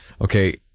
Okay